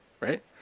right